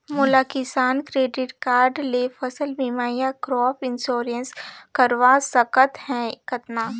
मोला किसान credit card ले फसल बीमा या क्रॉप इंश्योरेंस करवा सकथ हे कतना?